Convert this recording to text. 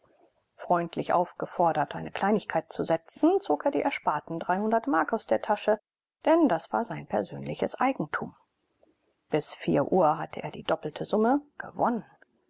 freundlich aufgefordert eine kleinigkeit zu setzen zog er die ersparten mark aus der tasche denn das war sein persönliches eigentum bis vier uhr hatte er die doppelte summe gewonnen